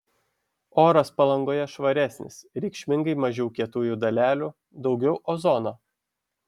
oras palangoje švaresnis reikšmingai mažiau kietųjų dalelių daugiau ozono